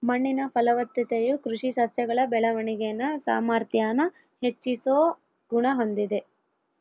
ಮಣ್ಣಿನ ಫಲವತ್ತತೆಯು ಕೃಷಿ ಸಸ್ಯಗಳ ಬೆಳವಣಿಗೆನ ಸಾಮಾರ್ಥ್ಯಾನ ಹೆಚ್ಚಿಸೋ ಗುಣ ಹೊಂದಿದೆ